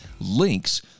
links